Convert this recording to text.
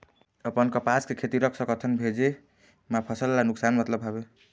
अपन कपास के खेती रख सकत हन भेजे मा फसल ला नुकसान मतलब हावे?